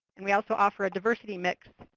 and we also offer a diversity mix,